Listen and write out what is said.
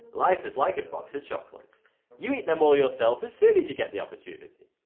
life is like a box of chocolates you eat them all yourself as soon as you get the opportunity.